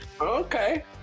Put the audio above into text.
Okay